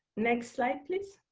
next slide, please.